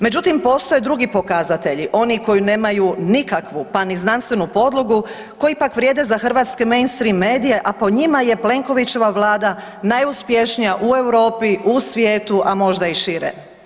Međutim, postoje drugi pokazatelji, oni koji nemaju nikakvu, pa ni znanstvenu podlogu, koji pak vrijeme da za hrvatske mainstream medije, a po njima je Plenkovićeva Vlada najuspješnija u Europi, u svijetu, a možda i šire.